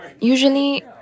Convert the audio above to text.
Usually